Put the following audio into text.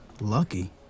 Lucky